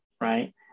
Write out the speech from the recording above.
right